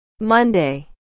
Monday